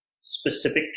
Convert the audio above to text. specific